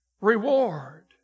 reward